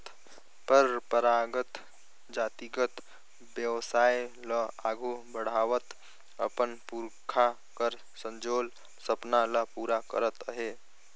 परंपरागत जातिगत बेवसाय ल आघु बढ़ावत अपन पुरखा कर संजोल सपना ल पूरा करत अहे